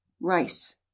rice